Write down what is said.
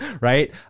right